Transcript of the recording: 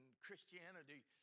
christianity